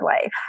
life